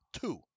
Two